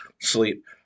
sleep